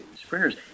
sprinters